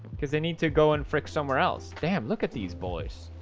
because they need to go and frik somewhere else. damn. look at these boys.